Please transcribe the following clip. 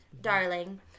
darling